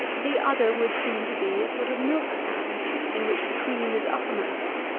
the udder would seem to be a sort of milk-pan in which the cream is uppermost,